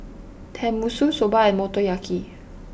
Tenmusu Soba and Motoyaki